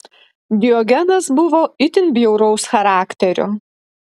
diogenas buvo itin bjauraus charakterio